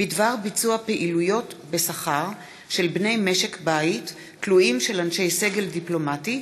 בדבר ביצוע פעילויות בשכר של בני משק בית תלויים של אנשי סגל דיפלומטי,